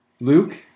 Luke